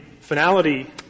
finality